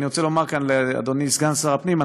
אני רוצה לומר כאן לאדוני סגן שר הפנים,